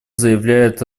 заявляет